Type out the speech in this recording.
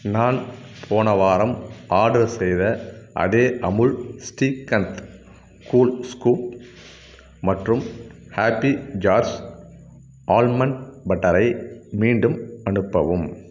நான் போன வாரம் ஆர்டர் செய்த அதே அமுல் ஸ்ரீகந்த் கூல் ஸ்கூப் மற்றும் ஹேப்பி ஜார்ஸ் ஆல்மண்ட் பட்டரை மீண்டும் அனுப்பவும்